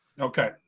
Okay